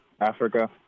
Africa